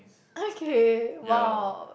okay !wow!